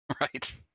right